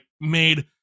made